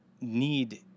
need